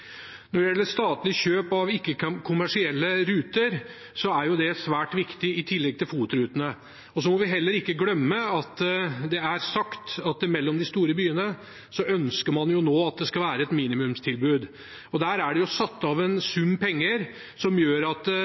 Når det gjelder statlig kjøp av ikke-kommersielle ruter, er det svært viktig, i tillegg til FOT-rutene. Vi må heller ikke glemme at det er sagt at man mellom de store byene ønsker at det nå skal være et minimumstilbud. Til det er det satt av en sum penger som gjør at